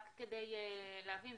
רק כדי להבין,